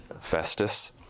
Festus